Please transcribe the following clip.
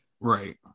right